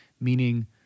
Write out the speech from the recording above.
meaning